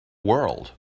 world